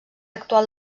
actual